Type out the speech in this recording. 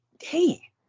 Hey